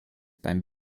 beim